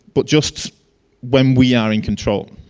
but just when we are in control.